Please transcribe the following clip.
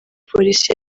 polisi